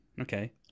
Okay